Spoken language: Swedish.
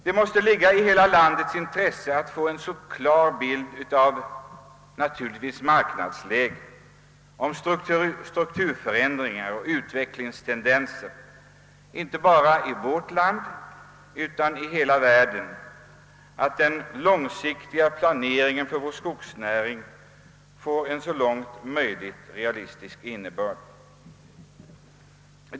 Det måste ligga i hela landets intresse att få en så klar bild av marknadsläget, strukturförändringarna och utvecklingstendensen, inte bara i vårt land utan i hela världen, att den långsiktiga planeringen för vår skogsnäring får en så realistisk innebörd som möjligt.